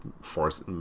force